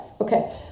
Okay